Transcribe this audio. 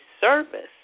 service